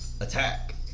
Attack